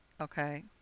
Okay